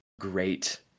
great